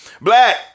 Black